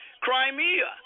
Crimea